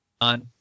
on